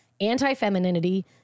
Anti-femininity